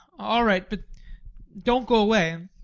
all right but don't go away.